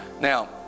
Now